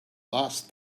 last